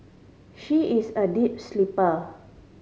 she is a deep sleeper